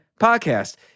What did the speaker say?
podcast